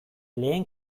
lehen